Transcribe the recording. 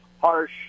harsh